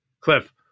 Cliff